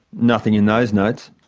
nothing in those notes.